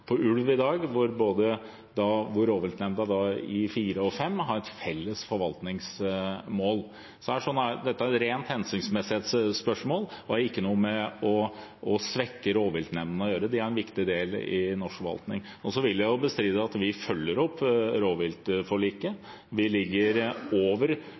ulv i dag, hvor rovviltnemnda i regionene 4 og 5 har et felles forvaltningsmål. Dette er et rent hensiktsmessighetsspørsmål og har ikke noe med å svekke rovviltnemndene å gjøre. De er en viktig del i norsk forvaltning. Så vil jeg bestride og si at vi følger opp rovviltforliket. Vi ligger over